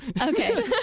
Okay